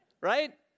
right